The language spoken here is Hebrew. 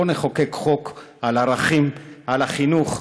בואו נחוקק חוק על ערכים ועל חינוך,